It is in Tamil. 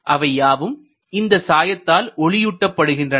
அவை யாவும் இந்த சாயத்தால் ஒளியூட்டபடுகின்றன